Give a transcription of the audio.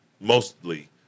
mostly